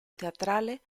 teatrale